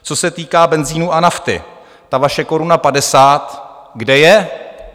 Co se týká benzinu a nafty, ta vaše koruna padesát, kde je?